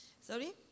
Sorry